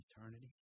eternity